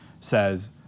says